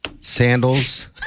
Sandals